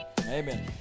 Amen